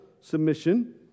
submission